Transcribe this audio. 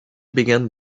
began